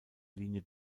linie